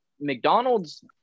McDonald's